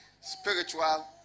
spiritual